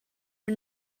are